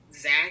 Zach